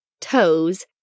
toes